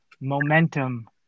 momentum